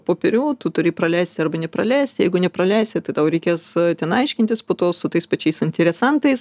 popierių tu turi praleisti arba praleisti jeigu nepraleisi tai tau reikės ten aiškintis po to su tais pačiais interesantais